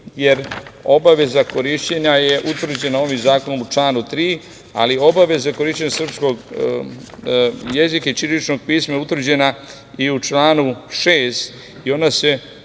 jer obaveza korišćenja je utvrđena ovim zakonom u članu 3. ali obaveza korišćenja srpskog jezika i ćiriličnog pisma je utvrđena i u članu 6. i ona se